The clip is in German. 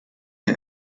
der